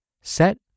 set